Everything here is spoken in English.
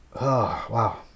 wow